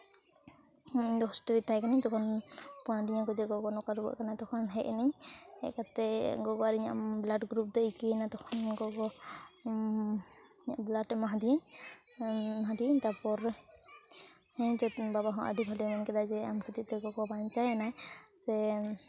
ᱤᱧ ᱫᱚ ᱦᱳᱥᱴᱮᱞ ᱨᱮ ᱛᱟᱦᱮᱠᱟᱹᱱᱟᱹᱧ ᱛᱚᱠᱷᱚᱱ ᱯᱷᱳᱱᱟᱫᱤᱧᱟ ᱠᱚ ᱡᱮ ᱜᱚᱜᱚ ᱱᱚᱝᱠᱟ ᱨᱩᱣᱟᱹᱜ ᱠᱟᱱᱟᱭ ᱛᱚᱠᱷᱚᱱ ᱦᱮᱡ ᱤᱱᱟᱹᱧ ᱦᱮᱡ ᱠᱟᱛᱮ ᱜᱚᱜᱚ ᱟᱨ ᱤᱧᱟᱹᱜ ᱵᱞᱟᱰ ᱜᱨᱩᱯ ᱫᱚ ᱮᱠᱤᱭᱮᱱᱟ ᱜᱚᱜᱚ ᱤᱧᱟᱹᱜ ᱵᱞᱟᱰ ᱮᱢᱟ ᱦᱟᱫᱮᱭᱟᱹᱧ ᱮᱢᱟ ᱦᱟᱫᱮᱭᱟᱹᱧ ᱛᱟᱯᱚᱨ ᱦᱮᱸ ᱵᱟᱵᱟ ᱦᱚᱸ ᱟᱹᱰᱤ ᱵᱷᱟᱹᱞᱤ ᱢᱮᱱ ᱠᱮᱫᱟᱭ ᱡᱮ ᱟᱢ ᱠᱷᱟᱹᱛᱤᱨ ᱛᱮ ᱜᱚᱜᱚ ᱵᱟᱧᱪᱟᱭᱮᱱᱟᱭ ᱥᱮ